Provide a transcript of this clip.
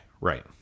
right